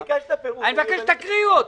תקריאו אותו,